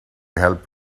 help